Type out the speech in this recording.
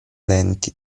lenti